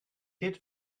did